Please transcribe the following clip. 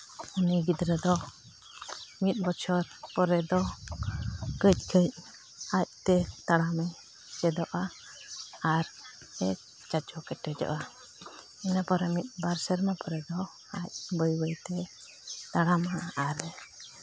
ᱩᱱᱤ ᱜᱤᱫᱽᱨᱟᱹ ᱫᱚ ᱢᱤᱫ ᱵᱚᱪᱷᱚᱨ ᱯᱚᱨᱮ ᱫᱚ ᱠᱟᱹᱡ ᱠᱟᱹᱡ ᱟᱡᱛᱮ ᱛᱟᱲᱟᱢᱮ ᱪᱮᱫᱚᱜᱼᱟ ᱟᱨᱮ ᱪᱟᱪᱳ ᱠᱮᱴᱮᱡᱚᱜᱼᱟ ᱤᱱᱟᱹ ᱯᱚᱨᱮ ᱢᱤᱫ ᱵᱟᱨ ᱥᱮᱨᱢᱟ ᱯᱚᱨᱮ ᱫᱚ ᱟᱡ ᱵᱟᱹᱭ ᱵᱟᱹᱭᱛᱮ ᱛᱟᱲᱟᱢᱟ ᱟᱨᱮ